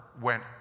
went